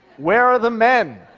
where are the men?